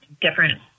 different